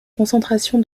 concentration